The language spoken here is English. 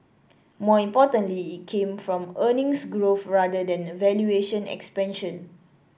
more importantly it came from earnings growth rather than valuation expansion